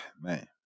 man